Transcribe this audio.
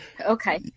Okay